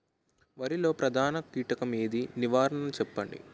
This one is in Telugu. వరిలో ప్రధాన కీటకం ఏది? నివారణ చెప్పండి?